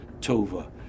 tova